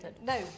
no